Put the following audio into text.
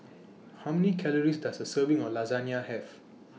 How Many Calories Does A Serving of Lasagne Have